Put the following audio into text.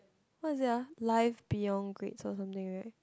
what is it ah life beyond grades or something right